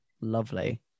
Lovely